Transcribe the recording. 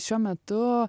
šiuo metu